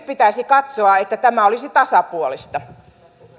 pitäisi katsoa että tämä olisi tasapuolista